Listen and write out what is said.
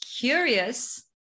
curious